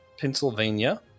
Pennsylvania